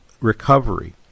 recovery